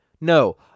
No